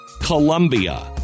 Colombia